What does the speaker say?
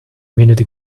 minute